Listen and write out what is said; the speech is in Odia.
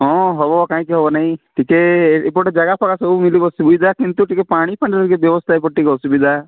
ହଁ ହବ କାହିଁକି ହବନାହିଁ ଟିକେ ଏପଟେ ଜାଗା ଫାଗା ସବୁ ମିଳିବ ସୁବିଧା କିନ୍ତୁ ଟିକେ ପାଣି ଫାଣିର ଟିକେ ବ୍ୟବସ୍ଥା ଏପଟେ ଟିକେ ଅସୁବିଧା